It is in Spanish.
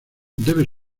debe